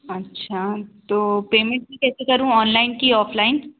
अच्छा तो पेमेंट मैं कैसे करूँ ऑनलाइन कि ऑफलाइन